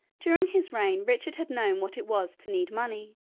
during his reign richard had known what it was to need money,